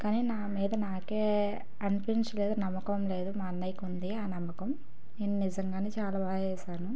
కానీ నా మీద నాకే అనిపించలేదు నమ్మకం లేదు మా అన్నయ్యకి ఉంది ఆ నమ్మకం నేను నిజంగానే చాలా బాగా చేశాను